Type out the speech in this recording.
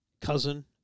cousin